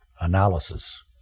analysis